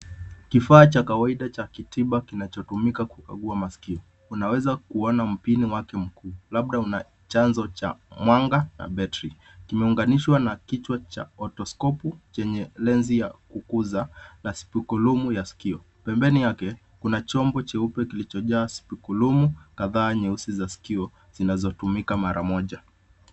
Kifaa cha kawaida cha kitabibu kinachotumika kukagua masikio. Unaweza kuona mpini mwembamba mrefu, labda una chanzo cha mwanga. Kimeunganishwa chenye lenzi ya sikio. Pembeni yake, kuna chombo, kagua za ndani ya sikio, zinazotumika mara moja.